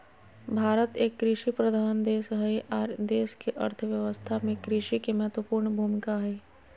भारत एक कृषि प्रधान देश हई आर देश के अर्थ व्यवस्था में कृषि के महत्वपूर्ण भूमिका हई